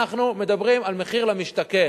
אנחנו מדברים על מחיר למשתכן.